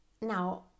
now